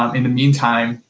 um in the mean time,